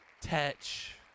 Tetch